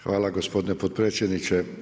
Hvala gospodine potpredsjedniče.